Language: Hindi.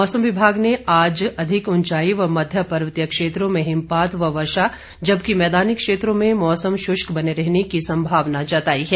मौसम विभाग ने आज अधिक उंचाई व मध्य पर्वतीय क्षेत्रों में हिमपात व वर्षा जबकि मैदानी क्षेत्रों में मौसम श्रष्क बने रहने की संभावना जताई है